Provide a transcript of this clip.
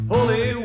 Holy